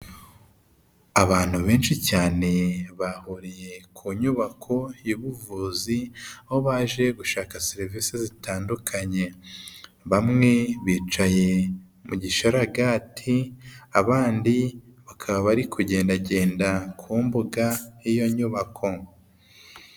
Abantu benshi cyane bahuriye ku nyubako y'ubuvuzi aho baje gushaka serivisi zitandukanye bamwe bicaye mu gisharagati abandi bakaba bari kugendagenda ku mbuga iyo nyubako.